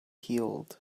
healed